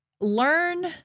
learn